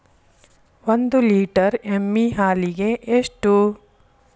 ಒಂದು ಲೇಟರ್ ಎಮ್ಮಿ ಹಾಲಿಗೆ ಎಷ್ಟು?